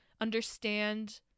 understand